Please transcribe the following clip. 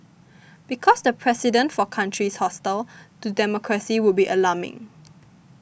because the precedent for countries hostile to democracy would be alarming